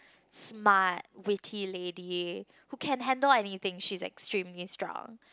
smart witty lady who can handle anything she's extremely strong